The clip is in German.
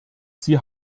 sie